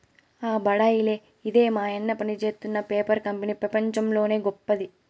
ఆ బడాయిలే ఇదే మాయన్న పనిజేత్తున్న పేపర్ కంపెనీ పెపంచంలోనే గొప్పది